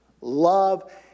Love